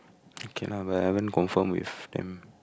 okay lah but I haven't confirm with them